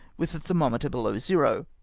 with the ther mometer below zero.